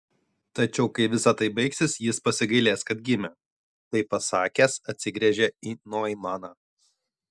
tačiau kai visa tai baigsis jis pasigailės kad gimė tai pasakęs atsigręžė į noimaną